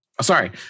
Sorry